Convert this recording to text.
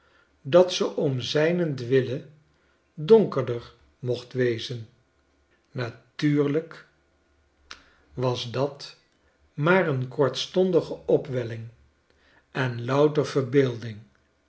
dat ze om zijnentwille donkerder mocht wezen natuurlijk was datmaar een kortstondige opwelling en louter verbeelding